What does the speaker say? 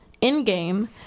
in-game